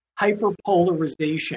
hyperpolarization